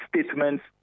statements